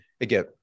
again